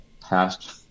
past